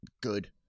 Good